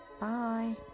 Bye